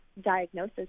diagnosis